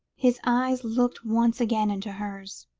his eyes looked once again into hers,